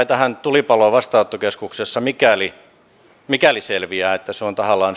tähän tulipaloon vastaanottokeskuksessa mikäli mikäli selviää että se on tahallaan